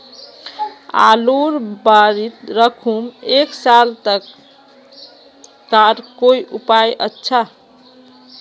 आलूर बारित राखुम एक साल तक तार कोई उपाय अच्छा?